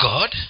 God